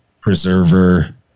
preserver